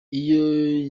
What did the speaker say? iyo